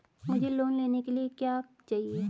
मुझे लोन लेने के लिए क्या चाहिए?